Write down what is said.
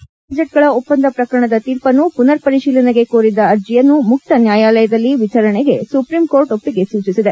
Rafale fighter jet ಗಳ ಒಪ್ಪಂದ ಪ್ರಕರಣದ ತೀರ್ಪನ್ನು ಪುನರ್ ಪರಿತೀಲನೆಗೆ ಕೋರಿದ್ದ ಅರ್ಜೆಯನ್ನು ಮುಕ್ತ ನ್ಯಾಯಾಲಯದಲ್ಲಿ ವಿಚಾರಣೆಗೆ ಸುಪ್ರೀಂ ಕೋರ್ಟ್ ಒಪ್ಪಿಗೆ ಸೂಚಿಸಿದೆ